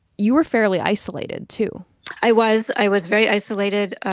you were fairly isolated, too i was. i was very isolated.